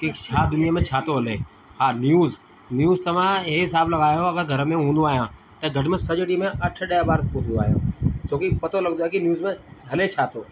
कि छा दुनिया में छा तो हले हा न्यूज़ न्यूज़ तव्हां इहो हिसाबु लॻायो अगरि घर में हूंदो आहियां त घटि में सॼो ॾींहं मां अठ ॾह बार ॿुधंदो आहियां छो कि पतो लॻंदो आहे कि न्यूज़ में हले छा थो